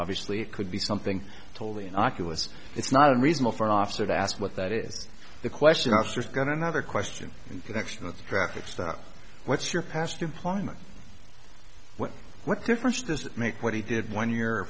obviously it could be something totally innocuous it's not unreasonable for an officer to ask what that is the question officers got another question in connection with the traffic stop what's your past employment what difference does it make what he did one year